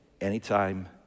anytime